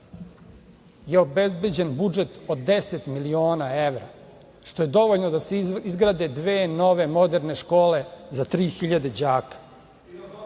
je obezbeđen budžet od 10 miliona evra što je dovoljno da se izgrade dve nove moderne škole za tri hiljade